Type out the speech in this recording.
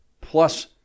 plus